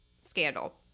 scandal